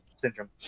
syndrome